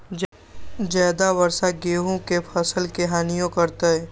ज्यादा वर्षा गेंहू के फसल के हानियों करतै?